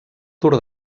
tour